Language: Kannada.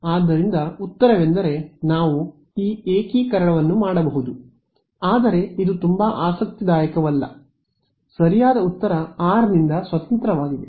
ಆದ್ದರಿಂದ ಉತ್ತರವೆಂದರೆ ನಾವು ಈ ಏಕೀಕರಣವನ್ನು ಮಾಡಬಹುದು ಆದರೆ ಇದು ತುಂಬಾ ಆಸಕ್ತಿದಾಯಕವಲ್ಲ ಸರಿಯಾದ ಉತ್ತರ r ನಿಂದ ಸ್ವತಂತ್ರವಾಗಿದೆ